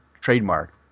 trademark